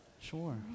Sure